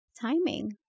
timing